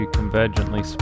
Convergently